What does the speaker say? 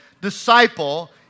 disciple